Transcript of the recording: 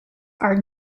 are